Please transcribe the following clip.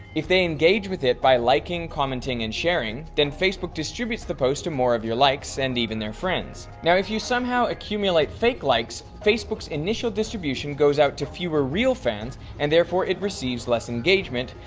if they engage with it by liking, commenting, and sharing then facebook distributes the post to more of your likes and even their friends. now if you somehow accumulate fake likes, facebook's initial distribution goes out to fewer real fans, and therefore it receives less engagement,